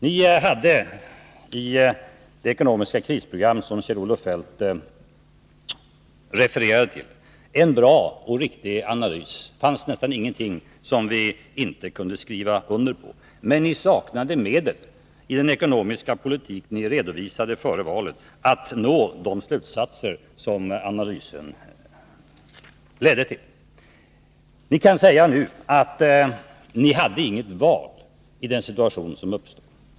Ni hade i det ekonomiska krisprogram som Kjell-Olof Feldt refererade till en bra och riktig analys. Där fanns nästan ingenting som vi inte kunde skriva under. Men ni saknade medel i den ekonomiska politik ni redovisade före valet att nå de slutsatser som analysen borde leda till. Nu kan ni säga att ni inte hade något val i den situation som uppstod.